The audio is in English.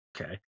Okay